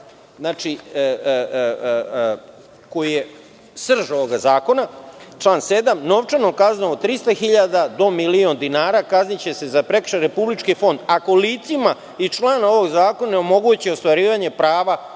koji je srž ovog zakona. Član 7. – novčanom kaznom od 300 hiljada do milion dinara kazniće se za prekršaj Republički fond, ako licima iz člana ovog zakona omogući ostvarivanje prava